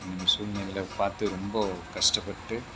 அந்த சூழ்நிலையில் பார்த்து ரொம்ப கஷ்டப்பட்டு